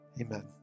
amen